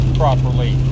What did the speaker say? properly